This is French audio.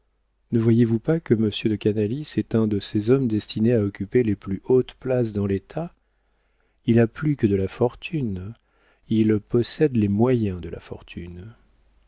ne voyez-vous pas que monsieur de canalis est un de ces hommes destinés à occuper les plus hautes places dans l'état il a plus que de la fortune il possède les moyens de la fortune